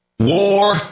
War